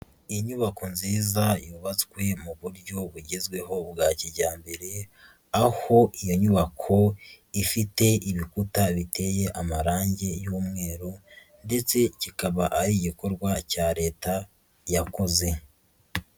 Inyubako nziza yubatswe mu buryo bugezweho bwa kijyambere, aho iyo nyubako ifite ibikuta biteye amarangi y'umweru ndetse kikaba ari igikorwa cya Leta yakoze.